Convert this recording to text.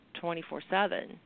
24/7